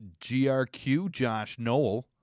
grqjoshnoel